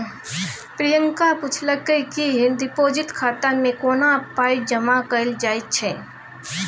प्रियंका पुछलकै कि डिपोजिट खाता मे कोना पाइ जमा कयल जाइ छै